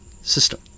system